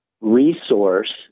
resource